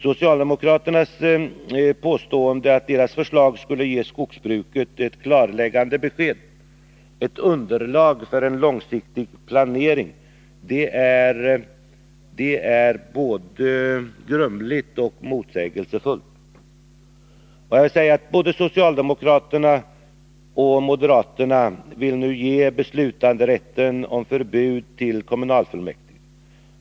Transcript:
Socialdemokraternas påstående att deras förslag skulle innebära att skogsbruket fick ett klarläggande besked och ett underlag för en långsiktig planering är både grumligt och motsägelsefullt. Både socialdemokraterna och moderaterna vill nu ge beslutanderätten om förbud till kommunfullmäktige.